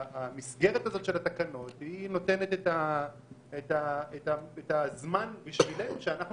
המסגרת הזאת של התקנות נותנת את הזמן בשבילנו כדי שאנחנו